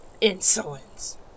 insolence